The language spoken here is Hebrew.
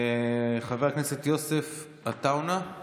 חבר הכנסת יוסף עטאונה,